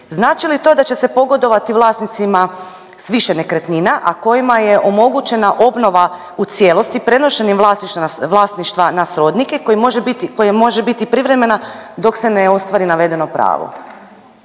Znači li to da će se pogodovati vlasnicima s više nekretnina, a kojima je omogućena obnova u cijelosti prenošenjem vlasništva na srodnike koji može biti, koje može biti privremena dok se ne ostvari navedeno pravo.